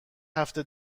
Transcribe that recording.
هفته